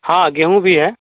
हाँ गेहूँ भी है